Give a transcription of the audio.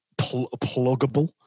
pluggable